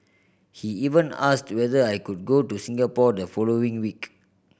he even asked whether I could go to Singapore the following week